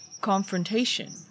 confrontation